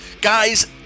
guys